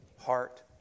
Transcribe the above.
Heart